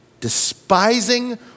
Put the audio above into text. Despising